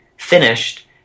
finished